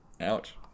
Ouch